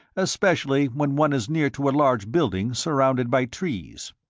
especially when one is near to a large building surrounded by trees.